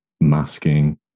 masking